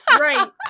Right